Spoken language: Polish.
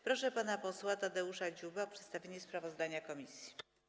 Proszę pana posła Tadeusza Dziubę o przedstawienie sprawozdania komisji.